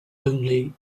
only